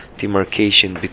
demarcation